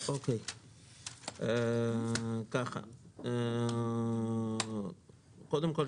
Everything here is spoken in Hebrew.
קודם כול,